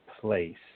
place